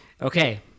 Okay